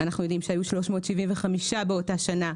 אנחנו יודעים שהיו 375 הרוגים באותה שנה.